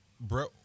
Bro